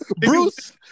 Bruce